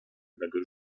mego